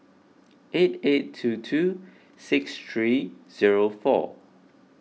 eight eight two two six three zero four